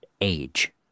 age